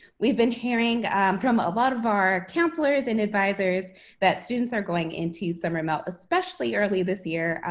we've been hearing from a lot of our counselors and advisers that students are going into summer melt especially early this year,